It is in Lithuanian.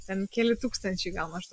ten keli tūkstančiai gal maždaug